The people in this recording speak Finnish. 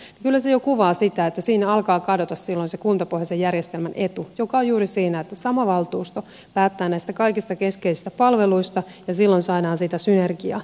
kyllä se jo kuvaa sitä että siinä alkaa kadota silloin kuntapohjaisen järjestelmän etu joka on juuri siinä että sama valtuusto päättää kaikista keskeisistä palveluista silloin saadaan siitä synergiahyötyä